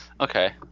Okay